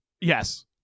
yes